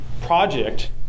project